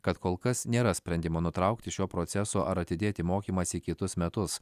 kad kol kas nėra sprendimo nutraukti šio proceso ar atidėti mokymąsi į kitus metus